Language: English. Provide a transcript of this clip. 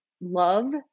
love